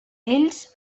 ells